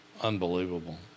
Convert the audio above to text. unbelievable